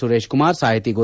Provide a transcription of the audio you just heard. ಸುರೇಶ್ ಕುಮಾರ್ ಸಾಹಿತಿ ಗೊ